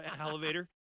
elevator